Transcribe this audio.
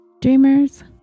Dreamers